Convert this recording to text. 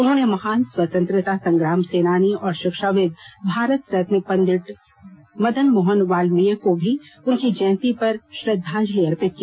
उन्होंने महान स्वतंत्रता संग्राम सेनानी और शिक्षाविद भारत रत्न पंडित मदन मोहन मालवीय को भी उनकी जयंती पर श्रद्वाजंलि अर्पित की